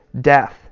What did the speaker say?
death